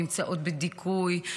נמצאות בדיכוי,